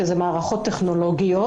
שאלה מערכות טכנולוגיות,